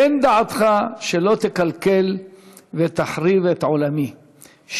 תן דעתך שלא תקלקל ותחריב את עולמי,